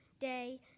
day